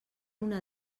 una